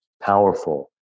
powerful